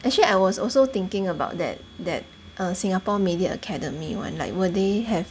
actually I was also thinking about that that err singapore media academy [one] like will they have